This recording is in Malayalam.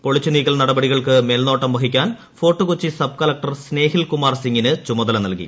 പൊളിച്ചു നീക്കൽ നടപടികൾക്ക് മേൽനോട്ടം വഹിക്കാൻ ഫോർട്ട് കൊച്ചി സബ് കളക്ടർ സ്നേഹിൽ കുമാർ സിങ്ങിന് ചുമതല നൽകി